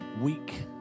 week